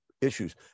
issues